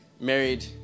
married